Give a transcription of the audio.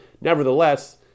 Nevertheless